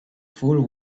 fool